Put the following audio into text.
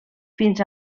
fins